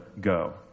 go